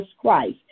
Christ